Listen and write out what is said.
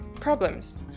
problems